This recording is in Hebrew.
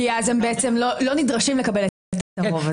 כי אז הם בעצם לא נדרשים לקבל את הרוב הזה.